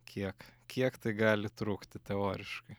kiek kiek tai gali trukti teoriškai